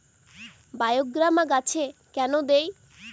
বায়োগ্রামা গাছে কেন দেয়?